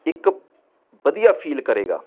ਇੱਕ ਵਧੀਆ ਫੀਲ ਕਰੇਗਾ